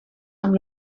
amb